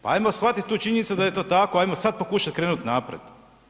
Pa hajmo shvatiti tu činjenicu da je to tako, hajmo sad pokušati krenuti naprijed.